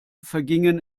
vergingen